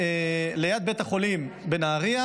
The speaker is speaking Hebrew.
ליד בית החולים בנהריה,